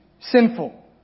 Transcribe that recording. sinful